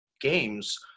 games